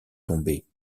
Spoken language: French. tomber